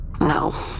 No